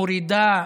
מורידה